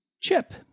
Chip